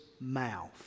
mouth